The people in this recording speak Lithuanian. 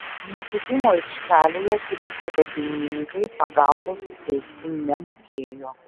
nutūpimo aikštelėje triūsę darbininkai pagalbos suteikti nemokėjo